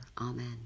Amen